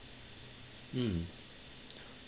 mm